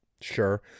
sure